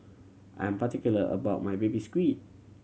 I'm particular about my Baby Squid